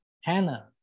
Hannah